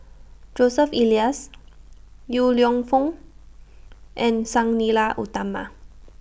Joseph Elias Yong Lew Foong and Sang Nila Utama